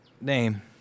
name